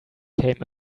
came